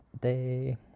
day